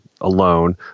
alone